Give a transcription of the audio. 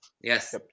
Yes